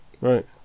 right